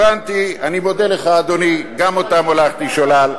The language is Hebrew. הבנתי, אני מודה לך, אדוני, גם אותם הולכתי שולל.